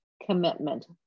commitment